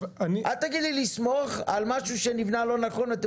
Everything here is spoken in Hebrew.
אל תגיד לי לסמוך על משהו שנבנה לא נכון ואתם